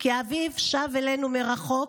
/ כי האביב שב אלינו מרחוק,